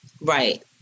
Right